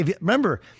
remember –